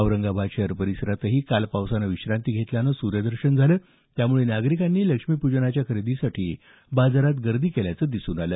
औरंगाबाद शहर परिसरातही काल पावसानं विश्रांती घेतल्यानं सूर्यदर्शन झालं त्यामुळे नागरिकांनी लक्ष्मीपूजनाच्या खरेदीसाठी बाजारात गर्दी केल्याचं दिसून आलं